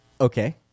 Okay